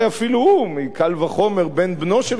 מקל וחומר בן בנו של קל וחומר,